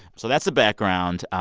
so that's the background.